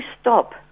stop